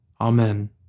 Amen